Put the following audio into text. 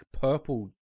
purple